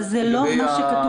אבל זה לא מה שכתוב.